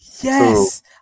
Yes